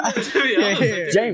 James